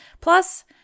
Plus